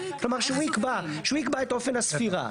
כלומר, שהוא יקבע, הוא יקבע את אופן הספירה.